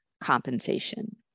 compensation